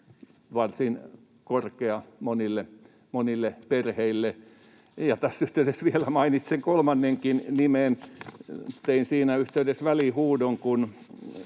varsin korkea monille perheille. Ja tässä yhteydessä mainitsen vielä kolmannenkin nimen. Tein siinä yhteydessä välihuudon,